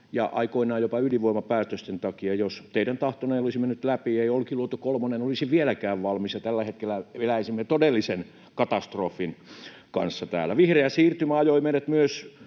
ja aikoinaan jopa ydinvoimapäätösten takia. Jos teidän tahtonne olisi mennyt läpi, ei Olkiluoto kolmonen olisi vieläkään valmis ja tällä hetkellä eläisimme todellisen katastrofin kanssa täällä. Vihreä siirtymä ajoi meidät myös